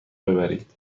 ببرید